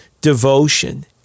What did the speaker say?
devotion